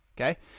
Okay